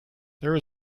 there